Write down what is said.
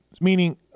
Meaning